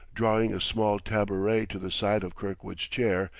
drawing a small taboret to the side of kirkwood's chair,